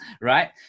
right